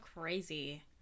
crazy